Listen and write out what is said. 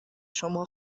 شما